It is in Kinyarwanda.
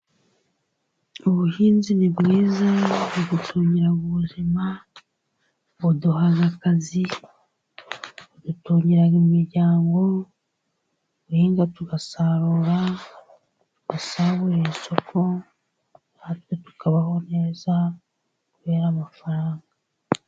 Ubuhinzi ni bwiza budutungira ubuzima, buduha akazi, budutungira imiryango ,tugahinga tugasarura, tugasagurira isoko ,natwe tukabaho neza kubera amafaranga.